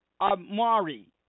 Amari